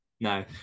no